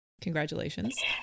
Congratulations